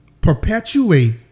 perpetuate